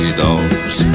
dogs